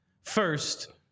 first